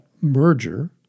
merger